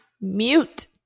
mute